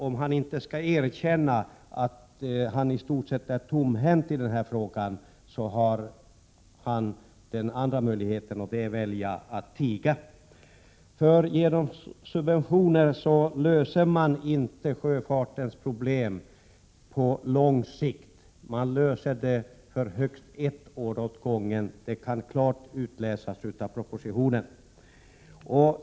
Om han inte skall behöva erkänna att han i stort sett är tomhänt i denna fråga har han den andra möjligheten, nämligen att välja att tiga. Genom subventioner löser man inte sjöfartens problem på lång sikt. Man löser dem bara för högst ett år åt gången; det kan klart utläsas av propositionen.